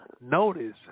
Notice